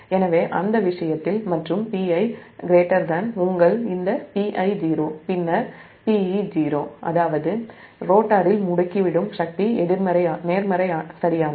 எனவே அந்த விஷயத்தில் மற்றும் Pi இந்த Pi0 பின்னர் Pe0 அதாவது ரோட்டரில் நேர்மறை முடுக்கிவிடும் சக்தி சரியானது